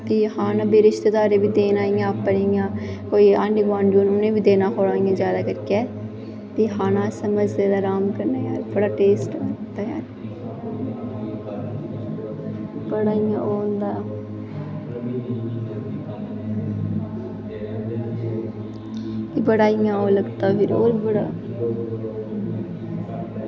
फ्ही खाने रिश्तेदारें गी बी देने इ'यां फ्ही आंडी गोआंढ़ी उ'नें गी बी देना जैदा करियै फ्ही सवेरै सवेरै बड़े टेस्ट लग्गदा फिर इ'यां होंदा बड़ा इ'यां ओह् लगदा फिर